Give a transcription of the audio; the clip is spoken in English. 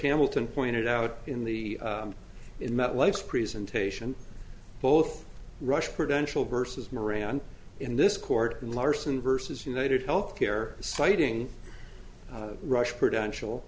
hamilton pointed out in the in met life presentation both rush credential versus moran in this court in larsen versus united health care citing rush credential